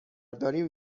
داریم